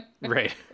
Right